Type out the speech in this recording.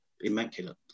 immaculate